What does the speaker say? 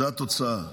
זו התוצאה.